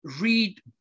read